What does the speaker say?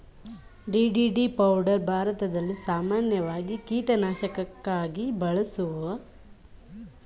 DDT powder ಭಾರತದಲ್ಲಿ ಸಾಮಾನ್ಯವಾಗಿ ಕೀಟನಾಶಕಕ್ಕಾಗಿ ಬಳಸುವ ಔಷಧಿಯಾಗಿದೆ